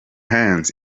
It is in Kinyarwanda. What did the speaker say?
hand